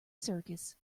circus